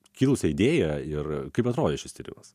kilusią idėją ir kaip atrodė šis tyrimas